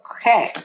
Okay